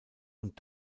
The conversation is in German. und